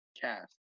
cast